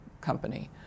company